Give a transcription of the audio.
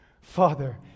Father